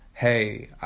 Hey